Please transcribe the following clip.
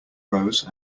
rose